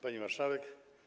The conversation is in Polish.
Pani Marszałek!